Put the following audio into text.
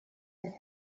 was